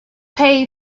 pay